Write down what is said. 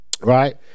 right